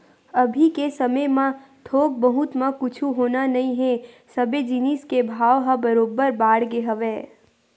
अभी के समे म थोक बहुत म कुछु होना नइ हे सबे जिनिस के भाव ह बरोबर बाड़गे हवय